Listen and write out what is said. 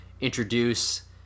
introduce